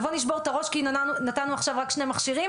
נבוא ונשבור את הראש כי נתנו עכשיו רק שני מכשירים?